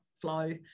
flow